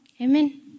Amen